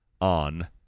on